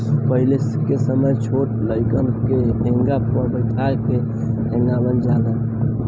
पहिले के समय छोट लइकन के हेंगा पर बइठा के हेंगावल जाला